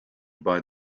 buy